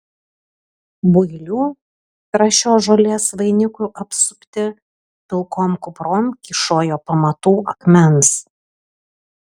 builių trąšios žolės vainiku apsupti pilkom kuprom kyšojo pamatų akmens